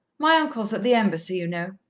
my uncle's at the embassy, you know.